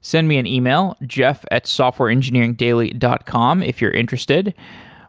send me an e-mail jeff at softwareengineeringdaily dot com if you're interested